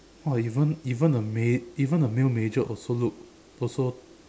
!wah! even even a ma~ even a male major also look also